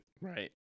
Right